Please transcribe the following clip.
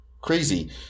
crazy